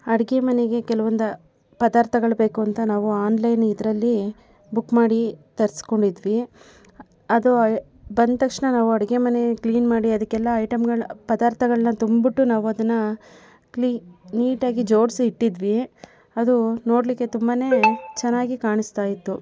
ಅಡುಗೆ ಮನೆಗೆ ಕೆಲವೊಂದು ಪದಾರ್ಥಗಳು ಬೇಕು ಅಂತ ನಾವು ಆನ್ಲೈನ್ ಇದರಲ್ಲಿ ಬುಕ್ ಮಾಡಿ ತರಿಸ್ಕೊಂಡಿದ್ವಿ ಅದು ಬಂದ ತಕ್ಷಣ ನಾವು ಅಡುಗೆ ಮನೆ ಕ್ಲೀನ್ ಮಾಡಿ ಅದಕ್ಕೆಲ್ಲ ಐಟಮ್ಗಳು ಪದಾರ್ಥಗಳನ್ನ ತುಂಬಿಟ್ಟು ನಾವು ಅದನ್ನು ಕ್ಲಿ ನೀಟಾಗಿ ಜೋಡಿಸಿ ಇಟ್ಟಿದ್ವಿ ಅದು ನೋಡಲಿಕ್ಕೆ ತುಂಬನೇ ಚೆನ್ನಾಗಿ ಕಾಣಿಸ್ತಾಯಿತ್ತು